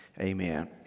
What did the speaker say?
amen